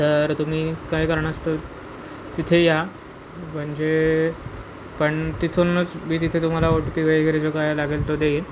तर तुम्ही काय कारणास्तव तिथे या म्हणजे पण तिथूनच मी तिथे तुम्हाला ओ टी पी वगैरे जो काय लागेल तो देईल